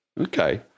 Okay